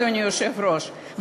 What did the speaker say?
אדוני היושב-ראש,